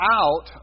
out